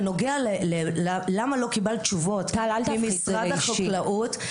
בנוגע ללמה לא קיבלת תשובות ממשרד החקלאות,